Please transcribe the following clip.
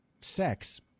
sex